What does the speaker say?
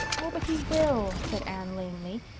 oh, but he will, said anne lamely.